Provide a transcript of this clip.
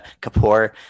Kapoor